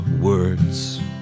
words